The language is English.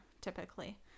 typically